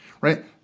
Right